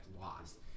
lost